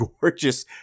gorgeous